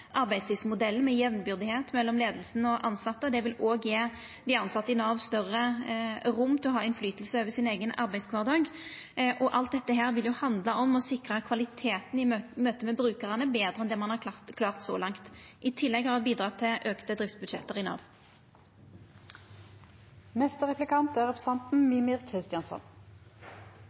arbeidslivsmodellen der leiinga og dei tilsette er meir jambyrdige. Det vil òg gje dei tilsette i Nav større rom til å påverke sin eigen arbeidskvardag, og alt dette vil handla om å sikra kvaliteten i møte med brukarane betre enn det ein har klart så langt. I tillegg har me bidrege til auka driftsbudsjett i